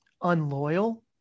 unloyal